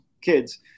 kids